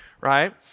right